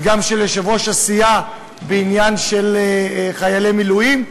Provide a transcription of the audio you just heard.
וגם החוק של יושב-ראש הסיעה בעניין חיילי מילואים.